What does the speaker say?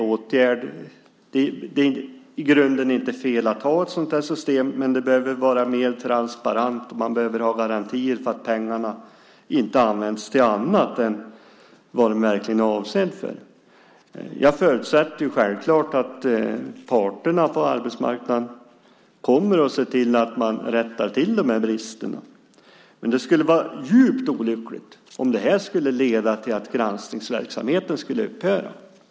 I grunden är det inte fel att ha ett sådant här system, men det behöver vara mer transparent och man behöver ha garantier för att pengarna inte används till annat än vad de verkligen är avsedda för. Jag förutsätter självfallet att parterna på arbetsmarknaden kommer att se till att bristerna rättas till. Men det skulle vara djupt olyckligt om det här skulle leda till att granskningsverksamheten skulle upphöra.